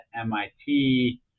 MIT